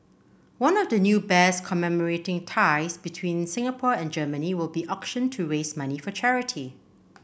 one of the new bears commemorating ties between Singapore and Germany will be auctioned to raise money for charity